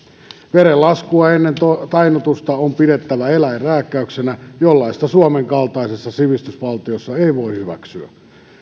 verenlaskua ennen tainnutusta on pidettävä eläinrääkkäyksenä jollaista suomen kaltaisessa sivistysvaltiossa ei voi hyväksyä